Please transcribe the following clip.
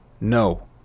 No